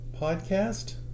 podcast